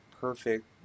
perfect